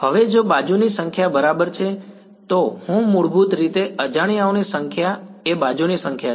હવે જો બાજુની સંખ્યા બરાબર છે તો હું મૂળભૂત રીતે અજાણ્યાઓની સંખ્યા એ બાજુની સંખ્યા છે